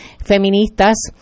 feministas